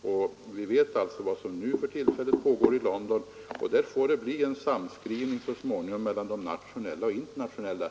Vi känner till den konferens som för tillfället pågår i London. Där får det väl så småningom bli en samskrivning mellan de nationella och de internationella reglerna.